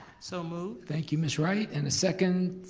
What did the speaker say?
so moved. thank you ms. wright. and a second?